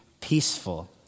peaceful